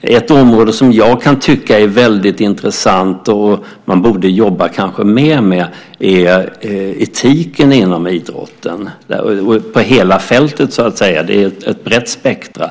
Ett område som jag kan tycka är väldigt intressant och som man kanske borde jobba mer med är etiken inom idrotten över hela fältet. Det är ett brett spektrum.